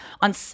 on